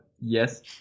yes